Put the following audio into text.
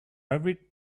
every